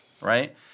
right